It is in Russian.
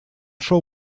шел